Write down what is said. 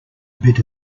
bit